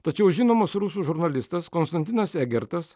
tačiau žinomas rusų žurnalistas konstantinas egertas